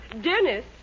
Dennis